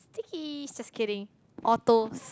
stickies just kidding ortos